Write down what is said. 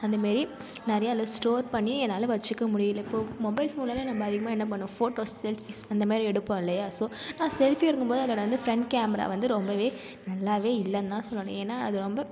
அந்த மாரி நிறைய அதில் ஸ்டோர் பண்ணி என்னால் வச்சுக்க முடியலை இப்போது மொபைல் ஃபோனில் எல்லாம் நம்ப அதிகமாக என்ன பண்ணுவோம் ஃபோட்டோஸ் செல்ஃபிஸ் அந்த மாதிரி எடுப்போம் இல்லையா ஸோ நான் செல்ஃபி எடுக்கும் போது அதோடய வந்து ஃப்ரன்ட் கேமரா வந்து ரொம்பவே நல்லாவே இல்லைனு தான் சொல்லணும் ஏன்னா அது ரொம்ப